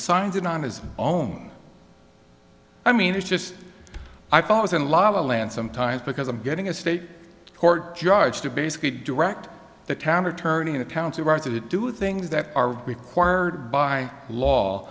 signs it on his own i mean it's just i thought i was in lala land sometimes because i'm getting a state court judge to basically direct the town or turning the county right to do things that are required by law